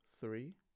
Three